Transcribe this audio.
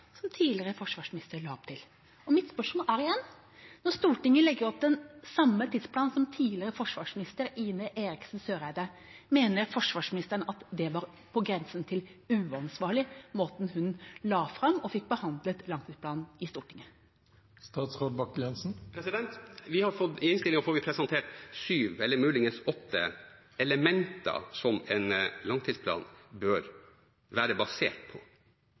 som tidligere forsvarsminister la opp til. Spørsmålet er igjen: Når Stortinget legger opp til den samme tidsplanen som tidligere forsvarsminister Ine Eriksen Søreide, mener forsvarsministeren at måten hun la fram og fikk behandlet langtidsplanen i Stortinget på, var på grensen til det uansvarlige? I innstillingen får vi presentert syv, eller muligens åtte, elementer som en langtidsplan bør være basert på.